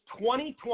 2020